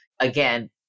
again